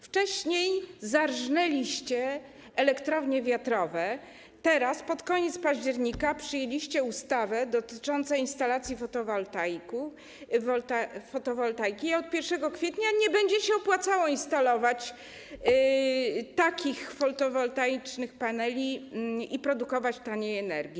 Wcześniej zarżnęliście elektrownie wiatrowe, teraz, pod koniec października przyjęliście ustawę dotyczącą instalacji fotowoltaiki, a od 1 kwietnia nie będzie się opłacało instalować takich fotowoltaicznych paneli i produkować taniej energii.